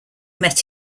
met